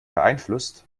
beeinflusst